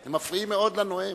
אתם מפריעים מאוד לנואם.